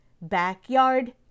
Backyard